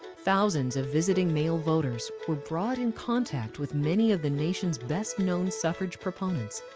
thousands of visiting male voters were brought in contact with many of the nation's best known suffrage proponents.